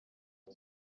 ngo